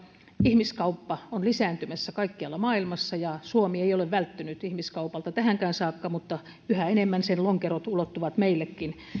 ihmiskauppa on lisääntymässä kaikkialla maailmassa ja suomi ei ole välttynyt ihmiskaupalta tähänkään saakka mutta yhä enemmän sen lonkerot ulottuvat meillekin